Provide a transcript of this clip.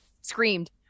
Screamed